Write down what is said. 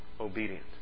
obedient